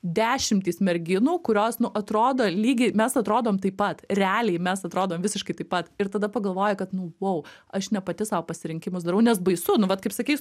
dešimtys merginų kurios nu atrodo lygiai mes atrodom taip pat realiai mes atrodom visiškai taip pat ir tada pagalvoji kad nu vou aš ne pati sau pasirinkimus darau nes baisu nu vat kaip sakei